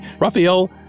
Raphael